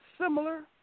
similar